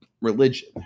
religion